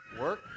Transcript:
Work